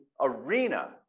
arena